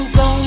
go